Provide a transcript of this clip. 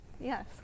Yes